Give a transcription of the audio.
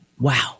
wow